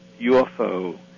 UFO